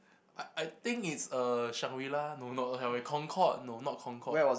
I I think it's uh Shangri-La no not Concorde no not Concorde